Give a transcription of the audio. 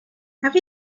have